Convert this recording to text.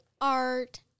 art